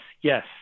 yes